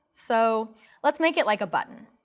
so let's make it like a button.